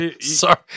Sorry